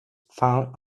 found